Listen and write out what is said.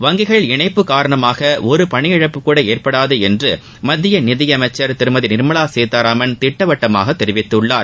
வங்கிகள் இணைப்பு காரணமாக ஒரு பணி இழப்புக்கூட ஏற்படாது என்று மத்திய நிதியமைச்சர் திருமதி நிர்மலா சீதாராமன் திட்டவட்டமாக தெரிவித்துள்ளார்